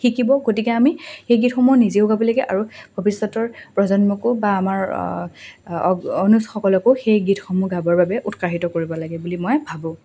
শিকিব গতিকে আমি সেই গীতসমূহ নিজেও গাব লাগে আৰু ভৱিষ্যতৰ প্ৰজন্মকো বা আমাৰ অনুজসকলকো সেই গীতসমূহ গাবৰ বাবে উৎসাহিত কৰিব লাগে বুলি মই ভাবোঁ